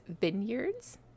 vineyards